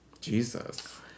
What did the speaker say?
Jesus